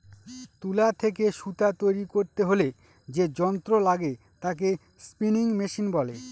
তুলা থেকে সুতা তৈরী করতে হলে যে যন্ত্র লাগে তাকে স্পিনিং মেশিন বলে